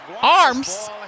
arms